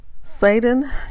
satan